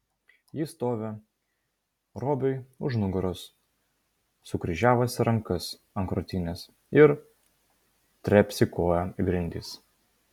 ji stovi robiui už nugaros sukryžiavusi rankas ant krūtinės ir trepsi koja į grindis